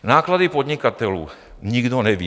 Náklady podnikatelů nikdo neví.